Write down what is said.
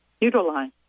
utilize